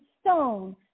stone